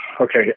okay